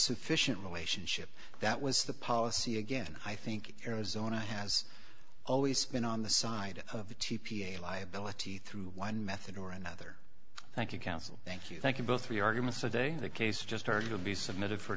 sufficient relationship that was the policy again i think arizona has always been on the side of the t p a liability through one method or another thank you counsel thank you thank you both for your arguments today the case just heard to be submitted for